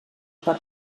per